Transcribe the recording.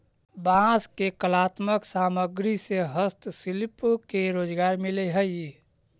बांस के कलात्मक सामग्रि से हस्तशिल्पि के रोजगार मिलऽ हई